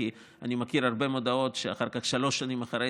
כי אני מכיר הרבה מודעות ששלוש שנים אחרי